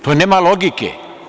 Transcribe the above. To nema logike.